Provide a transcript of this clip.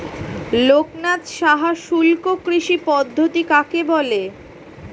লোকনাথ সাহা শুষ্ককৃষি পদ্ধতি কাকে বলে?